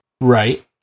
Right